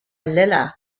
lila